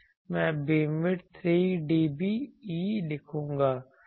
मैं beamwidth 3dBE लिखूंगा